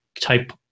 type